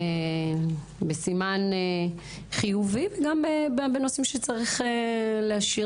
בסימן חיובי וגם בנושאים שצריך להישיר